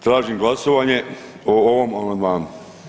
Tražim glasovanje o ovog amandmanu.